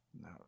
No